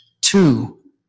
Two